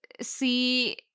see